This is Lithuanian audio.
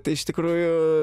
tai iš tikrųjų